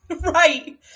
Right